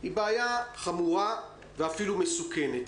היא בעיה חמורה ואפילו מסוכנת.